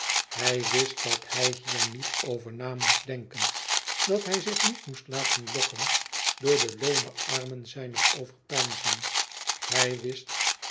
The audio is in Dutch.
hij wist dat hij hier niet over na moest denken dat hij zich niet moest laten lokken door de loome armen zijner overpeinzing hij wist